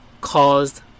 caused